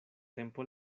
tempo